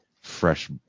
fresh